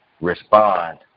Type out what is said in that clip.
respond